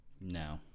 No